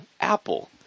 Apple